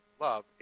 love